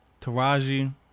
Taraji